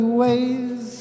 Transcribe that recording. ways